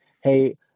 Hey